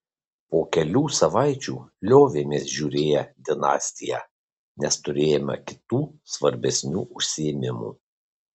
po kelių savaičių liovėmės žiūrėję dinastiją nes turėjome kitų svarbesnių užsiėmimų